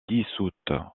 dissoute